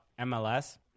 MLS